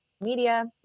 media